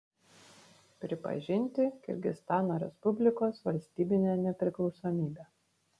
pripažinti kirgizstano respublikos valstybinę nepriklausomybę